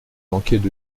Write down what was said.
manquaient